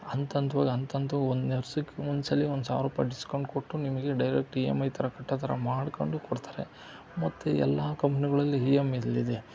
ಹಂತ ಹಂತ್ವಾಗಿ ಹಂತ್ ಹಂತ್ವಾಗಿ ಒಂದ್ಸಲ ಒಂದು ಸಾವಿರ ರೂಪಾಯಿ ಡಿಸ್ಕೌಂಟ್ ಕೊಟ್ರೂ ನಿಮಗೆ ಡೈರೆಕ್ಟ್ ಇ ಯಮ್ ಐ ಥರ ಕಟ್ಟೋ ಥರ ಮಾಡ್ಕೊಂಡು ಕೊಡ್ತಾರೆ ಮತ್ತು ಎಲ್ಲ ಕಂಪ್ನಿಗಳಲ್ಲಿ ಇ ಯಮ್ ಎಲ್ಲಿದೆ